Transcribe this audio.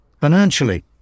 financially